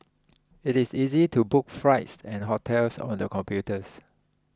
it is easy to book flights and hotels on the computers